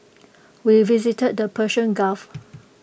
we visited the Persian gulf